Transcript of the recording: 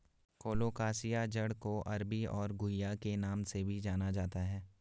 colocasia जड़ को अरबी और घुइआ के नाम से भी जाना जाता है